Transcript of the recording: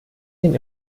den